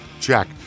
Check